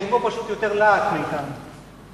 יש בו פשוט יותר להט מאשר בנו.